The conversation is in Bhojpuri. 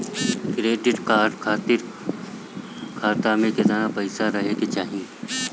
क्रेडिट कार्ड खातिर खाता में केतना पइसा रहे के चाही?